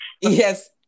Yes